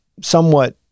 somewhat